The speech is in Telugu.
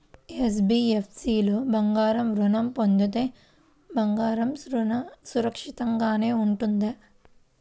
ఎన్.బీ.ఎఫ్.సి లో బంగారు ఋణం పొందితే బంగారం సురక్షితంగానే ఉంటుందా?